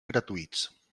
gratuïts